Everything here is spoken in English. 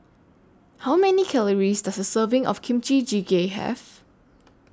How Many Calories Does A Serving of Kimchi Jjigae Have